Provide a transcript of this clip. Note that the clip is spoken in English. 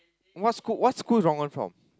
what school what school is Rong-En from